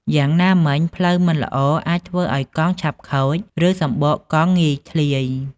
យ៉ាងណាមិញ ផ្លូវមិនល្អអាចធ្វើឱ្យកង់ឆាប់ខូចឬសំបកកង់ងាយធ្លាយ។